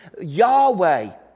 Yahweh